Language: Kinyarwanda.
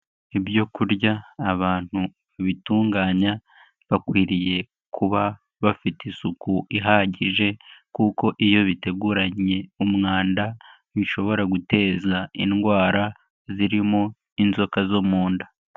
Ibyo kurya abantu babitunganya bakwiriye kuba bafite isuku ihagije kuko iyo biteguranye umwanda bishobora guteza indwara zirimo inzoka zo mu nda.